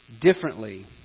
differently